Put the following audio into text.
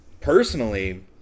personally